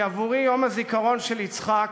כי עבורי יום הזיכרון של יצחק